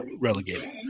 relegated